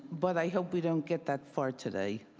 but i hope we don't get that far today.